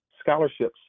scholarships